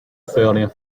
feeling